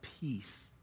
peace